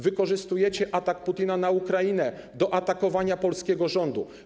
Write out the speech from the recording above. Wykorzystujecie atak Putina na Ukrainę do atakowania polskiego rządu.